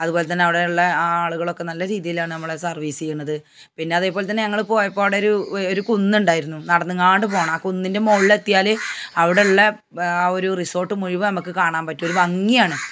അതുപോലെതന്നെ അവിടെ ഉള്ള ആ ആളുകളൊക്കെ നല്ല രീതിയിലാണ് അമ്മളെ സർവീസ് ചെയ്യണത് പിന്നെ അതെപോലെതന്നെ ഞങ്ങൾ പോയപ്പോൾ അവിടൊരു ഒരു കുന്നുണ്ടായിരുന്നു നടന്നങ്ങാണ്ട് പോകണം ആ കുന്നിൻ്റെ മുകളിൽ എത്തിയാൽ അവിടെയുള്ള ആ ഒരു റിസോട്ട് മുഴുവൻ അമക്ക് കാണാൻ പറ്റും ഒരു ഭംഗിയാണ്